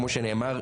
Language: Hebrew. כמו שנאמר,